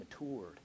matured